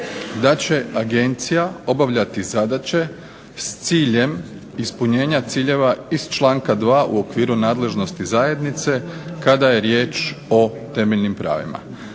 da će Agencija obavljati zadaće s ciljem ispunjenja ciljeva iz članka 2. u okviru nadležnosti zajednice kada je riječ o temeljnim pravima,